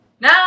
Now